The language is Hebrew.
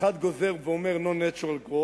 אחד גוזר ואומר no natural growth